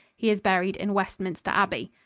he is buried in westminster abbey.